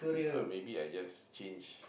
uh maybe I just change